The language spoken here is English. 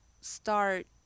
start